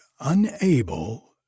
unable